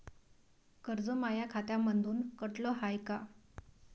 कर्ज माया खात्यामंधून कटलं हाय का?